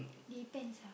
depends ah